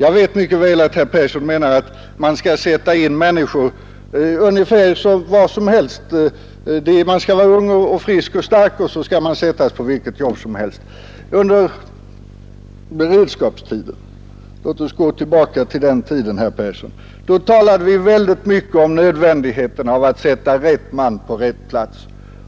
Jag vet mycket väl att herr Persson i Stockholm menar att människor skall sättas in ungefär var som helst — man skall vara ung och frisk och stark, och så skall man sättas in på vilket jobb som helst. Under beredskapstiden — låt oss gå tillbaka till den tiden, herr Persson — talade vi väldigt mycket om nödvändigheten av att sätta rätt man på rätt plats.